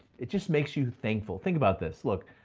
it just makes you thankful. think about this. look,